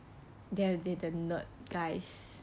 they they they are not guys